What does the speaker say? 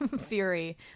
Fury